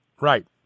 Right